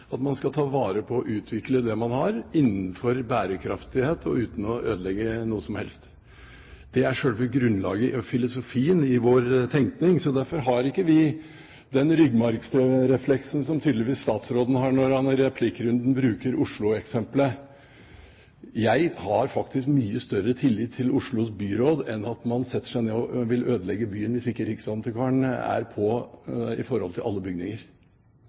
at man skal ta vare på og utvikle det man har, innenfor bærekraftighet og uten å ødelegge noe som helst. Det er selve grunnlaget og filosofien i vår tenkning, så derfor har ikke vi den ryggmargsrefleksen som statsråden tydeligvis har, når han i replikkrunden bruker Oslo-eksemplet. Jeg har faktisk mye større tillit til Oslos byråd enn at man setter seg ned og vil ødelegge byen hvis ikke riksantikvaren er på med hensyn til alle bygninger.